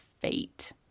fate